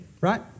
Right